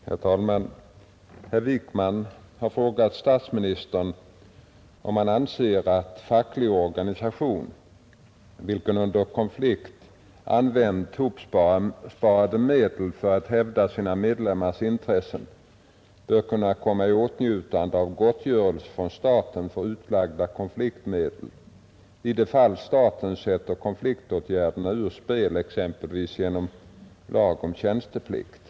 Herr talman! Herr Wijkman har frågat statsministern om han anser att facklig organisation, vilken under konflikt använt hopsparade medel för att hävda sina medlemmars intressen, bör kunna komma i åtnjutande av gottgörelse från staten för utlagda konfliktmedel i det fall staten sätter konfliktåtgärderna ur spel exempelvis genom lag om tjänsteplikt.